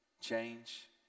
change